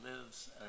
lives